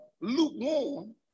lukewarm